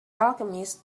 alchemist